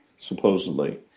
supposedly